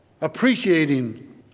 Appreciating